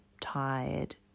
tired